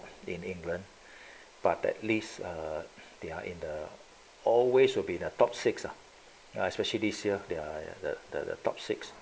in england but at least uh they are in the always will be the top six ah ya especially this year there ya the the the top six